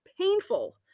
painful